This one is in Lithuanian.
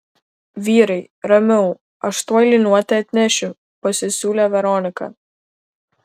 vyrai ramiau aš tuoj liniuotę atnešiu pasisiūlė veronika